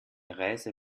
reise